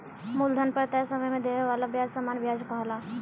मूलधन पर तय समय में देवे वाला ब्याज सामान्य व्याज कहाला